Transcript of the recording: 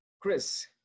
Chris